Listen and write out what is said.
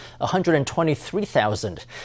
123,000